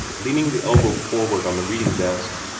leaning the elbow forward on the reading-desk.